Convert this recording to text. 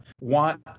want